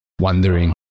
wondering-